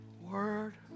word